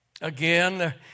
Again